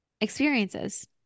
experiences